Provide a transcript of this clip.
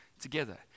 together